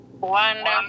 Wonderful